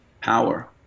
power